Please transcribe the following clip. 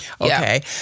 Okay